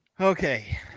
Okay